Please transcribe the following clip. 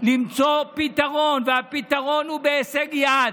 למצוא פתרון, והפתרון הוא בהישג יד,